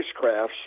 spacecrafts